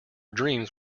dreams